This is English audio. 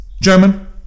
German